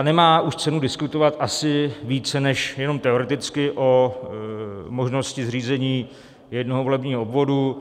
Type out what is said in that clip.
Nemá už cenu diskutovat asi více než jenom teoreticky o možnosti zřízení jednoho volebního obvodu.